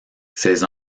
ces